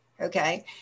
okay